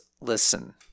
listen